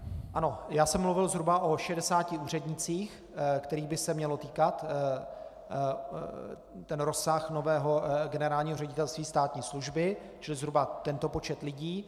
Ano, já jsem mluvil zhruba o 60 úřednících, kterých by se měl týkat rozsah nového Generálního ředitelství státní služby, takže zhruba tento počet lidí.